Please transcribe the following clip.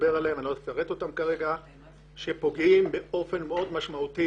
לא אפרט אותם כרגע, נושא שפוגע באופן משמעותי.